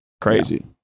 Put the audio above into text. crazy